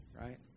right